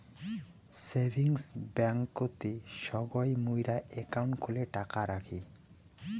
savings ব্যাংকতে সগই মুইরা একাউন্ট খুলে টাকা রাখি